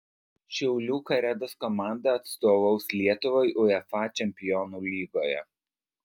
šiaulių karedos komanda atstovaus lietuvai uefa čempionų lygoje